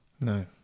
No